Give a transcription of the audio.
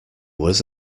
was